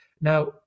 now